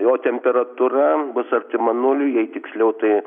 jo temperatūra bus artima nuliui jei tiksliau tai